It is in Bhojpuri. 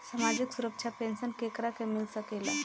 सामाजिक सुरक्षा पेंसन केकरा के मिल सकेला?